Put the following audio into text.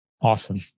Awesome